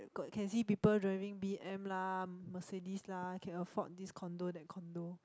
got can see people driving B_M lah Mercedes lah can afford this condo that condo